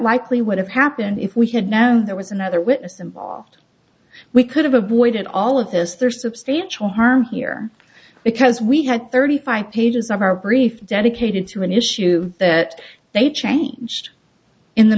likely would have happened if we had known there was another witness involved we could have avoided all of this there's substantial harm here because we had thirty five pages of our brief dedicated to an issue that they changed in the